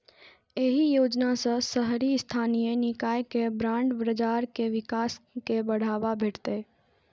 एहि योजना सं शहरी स्थानीय निकाय के बांड बाजार के विकास कें बढ़ावा भेटतै